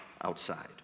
outside